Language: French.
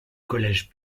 collège